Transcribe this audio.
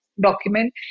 document